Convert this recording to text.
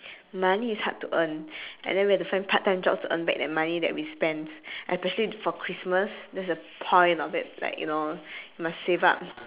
money is hard to earn and then we have to find part time jobs to earn back that money that we spent especially for christmas that's a point of it like you know must save up